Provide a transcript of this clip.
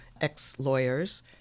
ex-lawyers